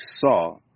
saw